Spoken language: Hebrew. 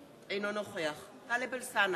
אינו נוכח טלב אלסאנע,